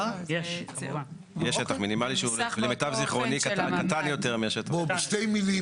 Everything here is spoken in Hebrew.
יש שטח מינימלי שהוא למיטב זכרוני קטן יותר מהשטח --- בשתי מילים,